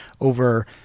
over